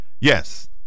yes